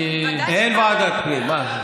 אין ועדת פנים, מה.